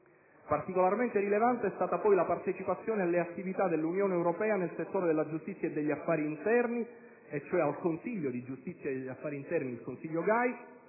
Particolarmente rilevante è stata, poi, la partecipazione alle attività dell'Unione europea nel settore della giustizia e degli affari interni e cioè al Consiglio di giustizia e degli affari interni (il Consiglio GAI),